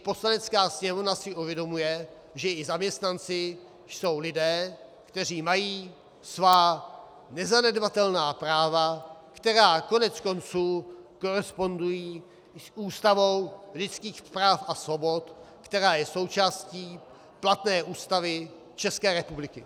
Poslanecká sněmovna si uvědomuje, že i zaměstnanci jsou lidé, kteří mají svá nezanedbatelná práva, která koneckonců korespondují s Listinou lidských práv a svobod, která je součástí platné Ústavy České republiky.